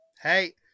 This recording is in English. Hey